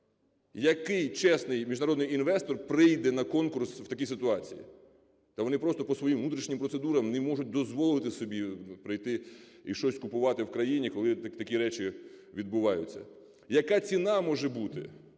Який чесний міжнародний інвестор прийде на конкурс в такій ситуації? Та вони просто по своїх внутрішніх процедурах не можуть дозволити собі прийти і щось купувати в країні, коли такі речі відбуваються. Яка ціна може бути?